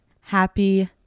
happy